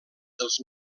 dels